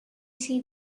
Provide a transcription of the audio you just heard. see